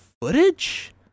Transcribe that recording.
footage